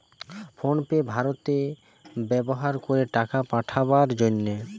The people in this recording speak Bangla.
ফোন পে ভারতে ব্যাভার করে টাকা পাঠাবার জন্যে